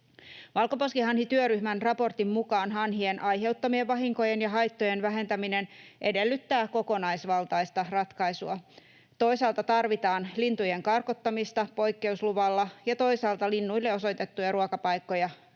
Valkoposkihanhityöryhmän raportin mukaan hanhien aiheuttamien vahinkojen ja haittojen vähentäminen edellyttää kokonaisvaltaista ratkaisua. Toisaalta tarvitaan lintujen karkottamista poikkeusluvalla ja toisaalta linnuille osoitettuja ruokapaikkoja, niin